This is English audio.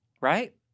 right